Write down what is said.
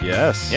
Yes